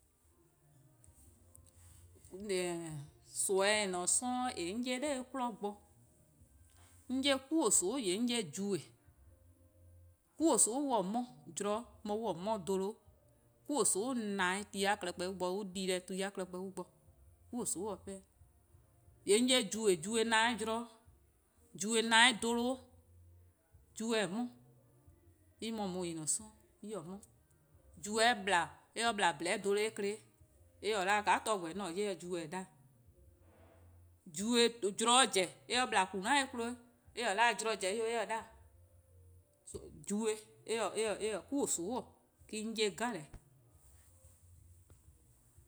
:Eheh: nimi :en :ne-a 'sororn' 'on 'ye-a 'nor 'kmo bo, 'on 'ye 'kwi-soon: :yee' 'on 'ye jibe:, 'kwi-sororn'-a 'mo zorn-' 'de mor an-a 'mo dholo-', 'kwi-soon'-a na ti-a klehkpeh bo, an di deh ti-a klehkpeh bo, 'kwi-soon'-a 'pehn-dih. :yee' 'on 'ye jibe:, jibe-a na dholo-', jibe-a 'mo, en :mor :ne-a 'sororn' en-' 'mo, :mor 'jiba no :bhoehn-dih dholo-' eh kpon, en 'da :ka glu gor-a :yee' 'an 'ye-dih 'o jiba-a 'da :ao', jibe :mor zorn zen :mor eh no :kula' doh eh kpon or. eh-' 'de zorn zen 'o eh-' 'da :ao', jibe eh-: 'kwi-soon'-: me-: 'on 'ye deh 'jeh-eh